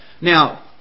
Now